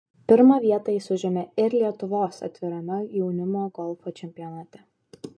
pirmą vietą jis užėmė ir lietuvos atvirame jaunimo golfo čempionate